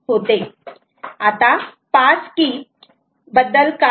आता पास की बद्दल काय